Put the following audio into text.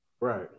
Right